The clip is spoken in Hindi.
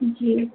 जी